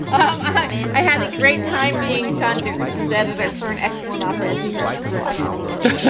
um i i had a great time being john dickerson's editor for an excellent op ed he wrote for the washington post.